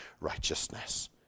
righteousness